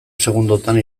segundotan